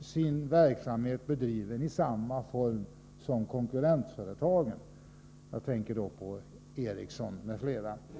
sin verksamhet i samma form som konkurrensföretagen — Ericsson m.fl.